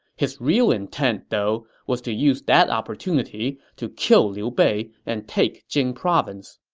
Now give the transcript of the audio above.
his real intent, though, was to use that opportunity to kill liu bei and take jing province.